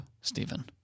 Stephen